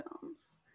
films